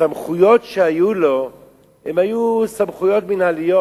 הסמכויות שהיו לו היו סמכויות מינהליות.